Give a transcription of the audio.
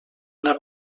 una